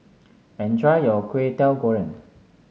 enjoy your Kwetiau Goreng